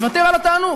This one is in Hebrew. מוותר על התענוג.